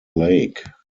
lake